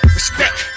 respect